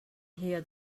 hear